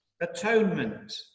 atonement